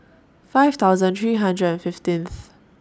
five thousand three hundred and fifteenth